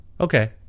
Okay